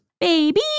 Baby